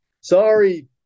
Sorry